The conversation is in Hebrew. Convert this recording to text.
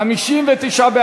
79,